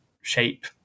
shape